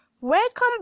Welcome